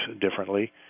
differently